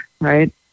right